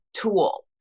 tool